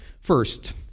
First